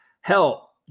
Hell